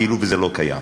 כאילו זה לא קיים.